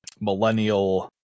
millennial